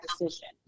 decision